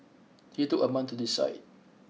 he took a month to decide